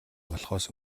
болохоос